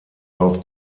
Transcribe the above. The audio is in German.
auch